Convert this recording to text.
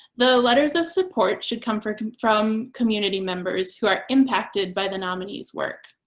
the letters of support should come from from community members who are impacted by the nominee's work.